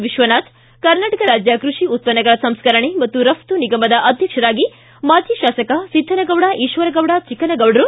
ವಿಶ್ವನಾಥ್ ಕರ್ನಾಟಕ ರಾಜ್ಯ ಕೃಷಿ ಉತ್ಪನ್ನಗಳ ಸಂಸ್ಕರಣೆ ಮತ್ತು ರಪ್ತು ನಿಗಮದ ಅಧ್ಯಕ್ಷರನ್ನಾಗಿ ಮಾಜಿ ತಾಸಕ ಸಿದ್ದನಗೌಡ ಈಶ್ವರಗೌಡ ಚಿಕ್ಕನಗೌಡ್ರು